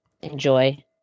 enjoy